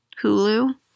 Hulu